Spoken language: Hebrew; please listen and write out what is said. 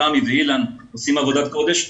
את תמי ואת אילן שעושים עבודת קודש.